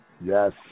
Yes